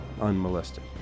unmolested